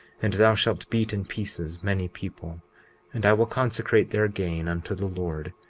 and thou shalt beat in pieces many people and i will consecrate their gain unto the lord,